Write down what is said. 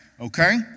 Okay